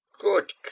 good